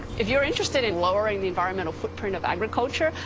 if you're interested in lowering the environmental footprint of agriculture,